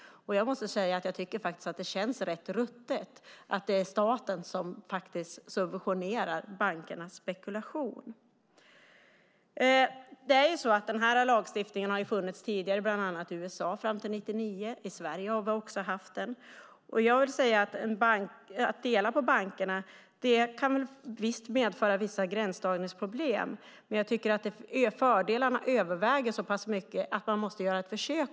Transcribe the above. Det känns rätt ruttet att staten subventionerar bankernas spekulation. Denna lagstiftning har funnits tidigare, bland annat i USA fram till 1999. I Sverige har vi också haft den. Att dela på bankerna kan medföra vissa gränsdragningsproblem, men fördelarna överväger så pass mycket att man måste göra ett försök.